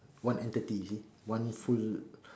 one entity you see one full